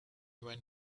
when